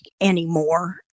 anymore